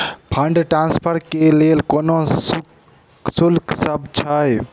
Fund transfer केँ लेल कोनो शुल्कसभ छै?